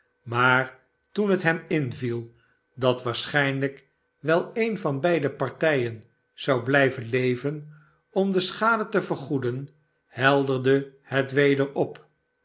maar toen het hem inviel dat waarschijnlijk wel een van beide partijen zou blijven leven ora de schade te vergoeden helderde het weder op